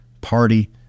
party